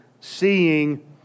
seeing